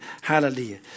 Hallelujah